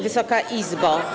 Wysoka Izbo!